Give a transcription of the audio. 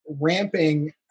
ramping